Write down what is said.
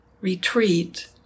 retreat